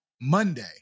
Monday